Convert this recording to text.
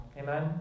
Amen